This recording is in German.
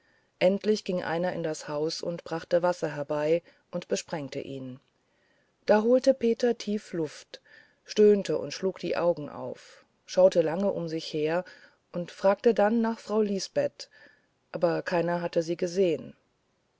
endlich ging einer in das haus und brachte wasser herbei und besprengte ihn da holte peter tief atem stöhnte und schlug die augen auf schaute lange um sich her und fragte dann nach frau lisbeth aber keiner hatte sie gesehen